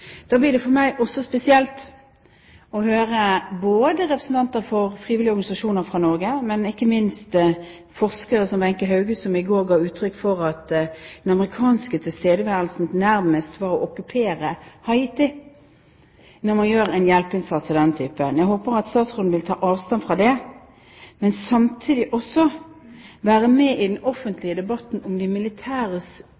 Da blir det for meg spesielt å høre både representanter for frivillige organisasjoner fra Norge og, ikke minst, forskere som Wenche Hauge, som i går ga uttrykk for at den amerikanske tilstedeværelsen nærmest var å okkupere Haiti, når man gjør en hjelpeinnsats av denne typen. Jeg håper at statsråden vil ta avstand fra det, men samtidig også være med i den